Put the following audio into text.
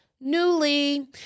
Newly